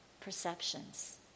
perceptions